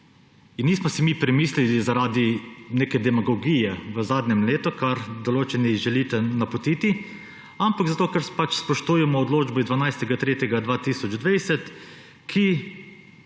Nismo si mi premislili zaradi neke demagogije v zadnjem letu, kar določeni želite napotiti, ampak zato, ker spoštujemo odločbo iz 12. 3. 2020, v